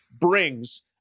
brings